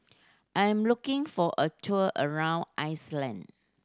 I am looking for a tour around Iceland